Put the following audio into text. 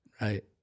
Right